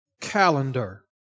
calendar